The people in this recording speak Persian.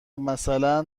مثلا